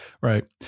Right